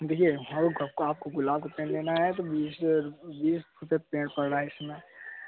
देखिए अगर आपको आपको गुलाब का पेड़ लेना है तो बीस बीस रुपये पेड़ पड़ रहा है इस समय